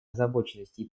озабоченностей